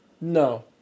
No